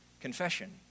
confession